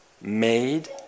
made